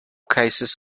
cases